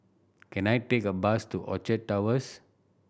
can I take a bus to Orchard Towers